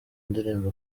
indirimbo